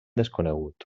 desconegut